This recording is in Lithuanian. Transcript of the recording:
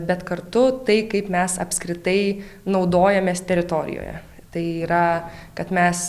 bet kartu tai kaip mes apskritai naudojamės teritorijoje tai yra kad mes